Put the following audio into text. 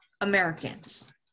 Americans